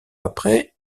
après